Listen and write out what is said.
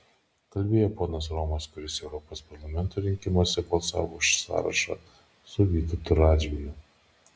kalbėjo ponas romas kuris europos parlamento rinkimuose balsavo už sąrašą su vytautu radžvilu